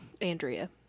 Andrea